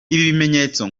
bimenyetso